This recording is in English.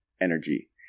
energy